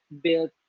built